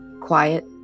quiet